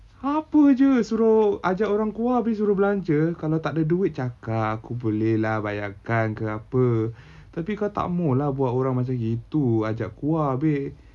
apa jer suruh ajak orang keluar abeh suruh belanja kalau takde duit cakap aku boleh lah bayarkan ke apa tapi kau tak mahu lah buat orang macam gitu ajak orang kelaur abeh